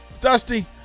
Dusty